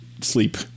sleep